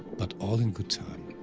but all in good time.